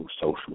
social